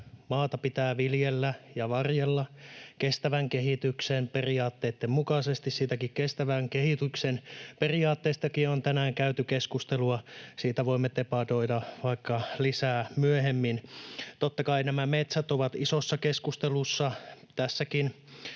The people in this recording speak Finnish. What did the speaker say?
maata pitää viljellä ja varjella kestävän kehityksen periaatteitten mukaisesti. Niistä kestävän kehityksen periaatteistakin on tänään käyty keskustelua. Siitä voimme debatoida vaikka lisää myöhemmin. Totta kai nämä metsät ovat isossa keskustelussa tänäkin